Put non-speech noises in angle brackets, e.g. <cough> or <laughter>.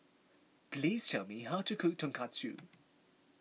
please tell me how to cook Tonkatsu <noise>